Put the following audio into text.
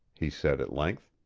he said, at length.